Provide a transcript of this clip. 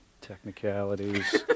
Technicalities